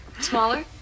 Smaller